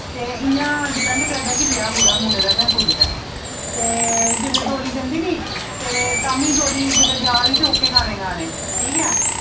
ते इ'यां डिपेंड करदा कि ब्याह कोह्दा मुड़े दा जां कुड़ी दा ऐ ते जेल्लै डोल्ली जंदी नि ते तां बील् डोली जेल्लै जा दी ते ओह्के गाने ठीक ऐ